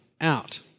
out